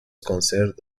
concerned